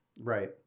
Right